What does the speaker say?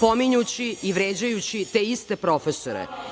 pominjući i vređajući te iste profesore.